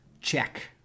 check